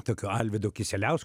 tokiu alvydu kisieliausku